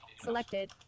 Selected